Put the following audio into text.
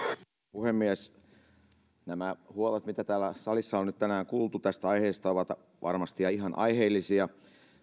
puhemies nämä huolet mitä täällä salissa on nyt tänään kuultu tästä aiheesta ovat varmasti ihan aiheellisia